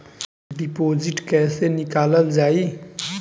Deposit कैसे निकालल जाइ?